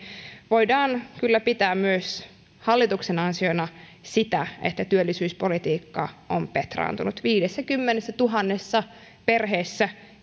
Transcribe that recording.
voidaan kyllä pitää hallituksen ansiona myös sitä että työllisyyspolitiikka on petraantunut viidessäkymmenessätuhannessa perheessä